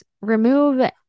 remove